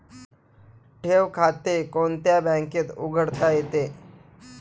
ठेव खाते कोणत्या बँकेत उघडता येते?